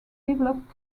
develop